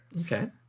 Okay